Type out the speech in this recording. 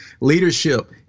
Leadership